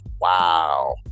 wow